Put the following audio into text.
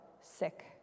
sick